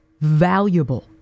valuable